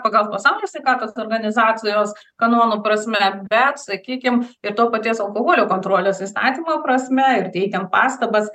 pagal pasaulio sveikatos organizacijos kanonų prasme bet sakykim ir to paties alkoholio kontrolės įstatymo prasme ir teikiant pastabas